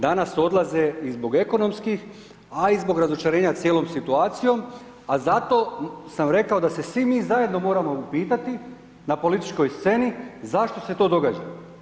Danas odlaze i zbog ekonomskih, a i zbog razočarenja cijelom situacijom, a za to sam rekao da se svi mi zajedno moramo upitati na političkoj sceni, zašto se to događa.